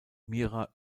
mira